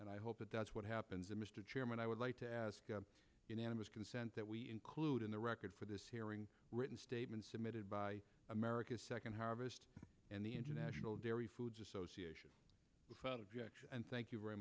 and i hope that that's what happens and mr chairman i would like to ask unanimous consent that we include in the record for this hearing written statement submitted by america's second harvest and the international dairy foods association and thank you very